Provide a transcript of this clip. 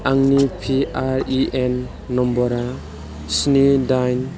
आंनि P I E M नम्बरा स्नि दाइन